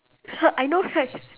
I know right